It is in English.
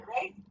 right